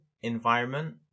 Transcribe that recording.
environment